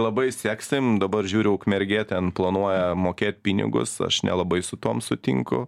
labai sieksim dabar žiūriu ukmergė ten planuoja mokėt pinigus aš nelabai su tuom sutinku